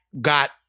got